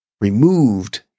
removed